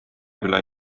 küla